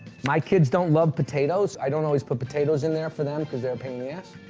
my kids don't love potatoes. i don't always put potatoes in there for them cause they're a pain the ass,